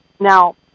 Now